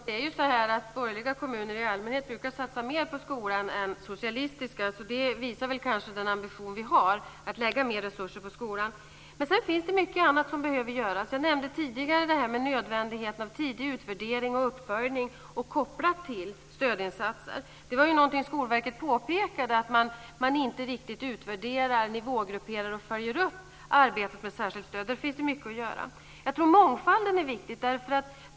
Fru talman! Borgerliga kommuner brukar i allmänhet satsa mer på skolan än socialistiska. Det visar väl kanske den ambition vi har att lägga mer resurser på skolan. Men sedan finns det mycket annat som behöver göras. Jag nämnde tidigare det här med nödvändigheten av tidig utvärdering och uppföljning, kopplat till stödinsatser. Skolverket påpekade ju att man inte riktigt utvärderar, nivågrupperar och följer upp arbetet med särskilt stöd. Där finns det mycket att göra. Jag tror att mångfalden är viktig.